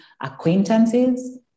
acquaintances